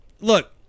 look